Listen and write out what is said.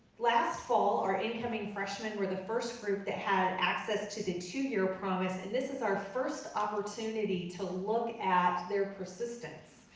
last fall, our incoming freshman were the first group that had access to the two-year promise, and this is our first opportunity to look at their persistence.